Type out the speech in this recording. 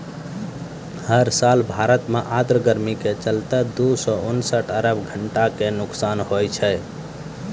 हर साल भारत मॅ आर्द्र गर्मी के चलतॅ दू सौ उनसठ अरब घंटा के नुकसान होय छै